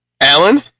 Alan